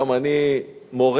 גם אני מורה.